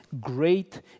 Great